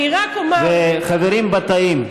אני רק אומר, חברים בתאים,